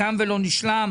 תם ולא נשלם.